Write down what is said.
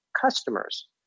customers